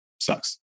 sucks